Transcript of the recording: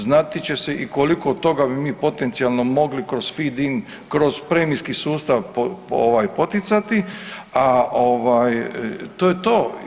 Znati će se i koliko od toga bi mi potencijalno mogli kroz FIDIN, kroz premijski sustav poticati, a to je to.